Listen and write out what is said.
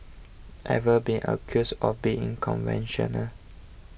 ever been accused of being conventional